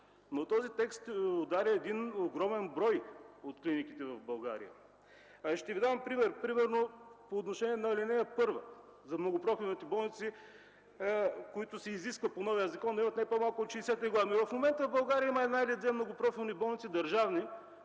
но този текст ще удари един огромен брой от клиниките в България. Ще Ви дам пример по отношение на ал. 1 – за многопрофилните болници, които се изисква по новия закон да имат не по-малко от 60 легла. В момента в България има една или две многопрофилни болници – държавни,